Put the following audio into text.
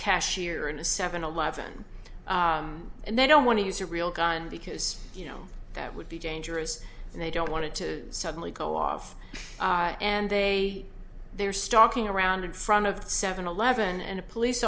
cashier in a seven eleven and they don't want to use a real gun because you know that would be dangerous and they don't want to suddenly go off and they they're stocking around in front of the seven eleven and a police